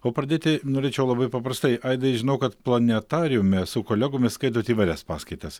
o pradėti norėčiau labai paprastai aidai žinau kad planetariume su kolegomis skaitot įvairias paskaitas